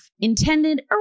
Intended